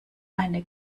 eine